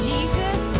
Jesus